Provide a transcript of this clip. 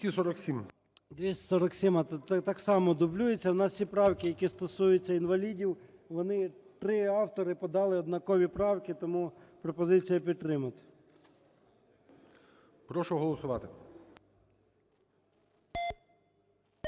247 так само дублюється. В нас всі правки, які стосуються інвалідів, вони… три автори подали однакові правки, тому пропозиція підтримати. ГОЛОВУЮЧИЙ. Прошу голосувати.